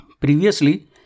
Previously